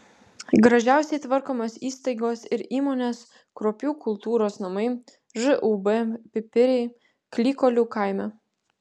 gražiausiai tvarkomos įstaigos ir įmonės kruopių kultūros namai žūb pipiriai klykolių kaime